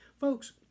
Folks